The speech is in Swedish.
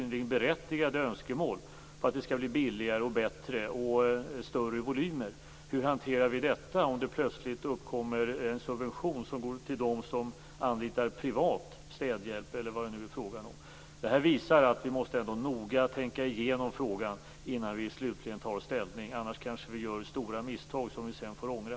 Det finns berättigade önskemål om att det skall bli billigare och bättre och större volymer. Hur hanterar vi detta om det plötsligt uppkommer en subvention som går till dem som anlitar privat städhjälp, eller vad det nu kan bli fråga om? Det här visar att vi noga måste tänka igenom frågan innan vi slutligen tar ställning. Annars kanske vi gör stora misstag som vi sedan får ångra.